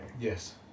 Yes